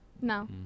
No